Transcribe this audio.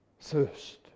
thirst